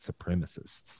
supremacists